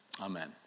amen